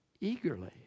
eagerly